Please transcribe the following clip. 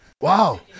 Wow